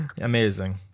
amazing